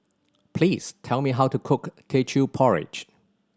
please tell me how to cook Teochew Porridge